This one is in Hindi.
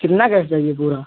कितना गैस चाहिए पूरा